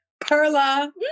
Perla